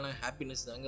happiness